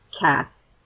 Cats